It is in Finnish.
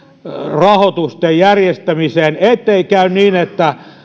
rahoitusten järjestämiseen ettei käy niin että